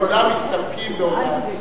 מסתפקים בהודעה שלך.